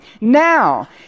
Now